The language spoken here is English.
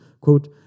Quote